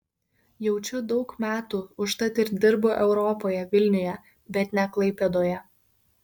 jaučiu daug metų užtat ir dirbu europoje vilniuje bet ne klaipėdoje